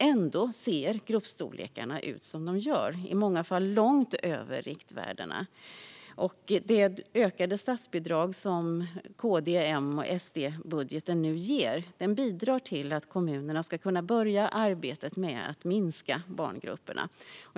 Ändå ligger gruppstorlekarna i många fall långt över riktvärdena. Det ökade statsbidrag som KD-M-SD-budgeten nu ger bidrar till att kommunerna kan börja arbetet med att minska barngrupperna.